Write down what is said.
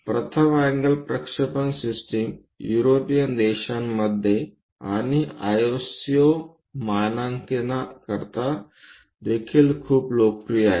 प्रथम अँगल प्रक्षेपण system European देशांमध्ये आणि आयएसओ मानकांकरिता देखील खूप लोकप्रिय आहे